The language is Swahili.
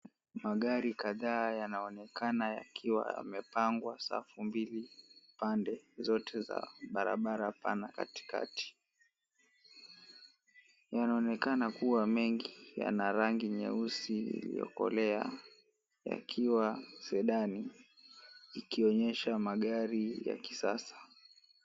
Magari kadhaa yanaonekana yakiwa yamepangwa safu mbili pande zote za barabara pana katikati. Yanaonekana kuwa mengi yana rangi nyeusi iliyokolea yakiwa sedani , ikionyesha magari ya kisasa.